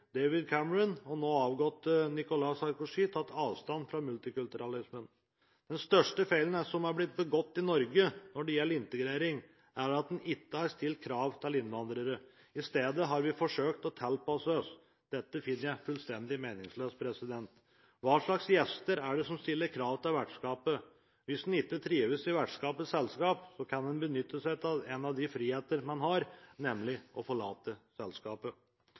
David Cameron og nå avgåtte Nicholas Sarkozy tatt avstand fra multikulturalismen. Den største feilen som har blitt begått i Norge når det gjelder integrering, er at en ikke har stilt krav til innvandrere. I stedet har vi forsøkt å tilpasse oss. Dette finner jeg fullstendig meningsløst. Hva slags gjester er det som stiller krav til vertskapet? Hvis en ikke trives i vertskapets selskap, kan en benytte seg av en av de friheter man har, nemlig å forlate selskapet.